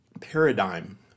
paradigm